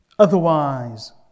Otherwise